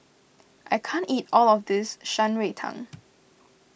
I can't eat all of this Shan Rui Tang